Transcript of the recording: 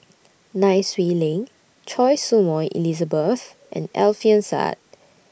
Nai Swee Leng Choy Su Moi Elizabeth and Alfian Sa'at